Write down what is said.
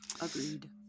Agreed